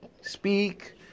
speak